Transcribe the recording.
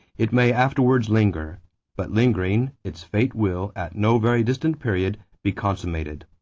it may afterwards linger but lingering, its fate will, at no very distant period, be consummated.